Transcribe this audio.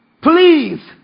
Please